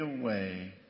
away